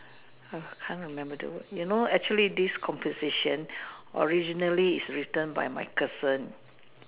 I can't remember the word you know actually this composition originally is written by my cousin